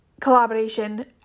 collaboration